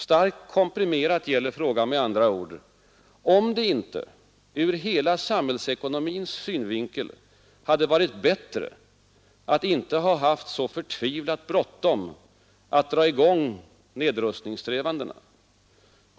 Starkt komprimerat gäller frågan med andra ord, om det inte ur hela samhällsekonomins synvinkel hade varit bättre att inte ha haft så förtvivlat bråttom att dra i gång nedrustningssträvandena.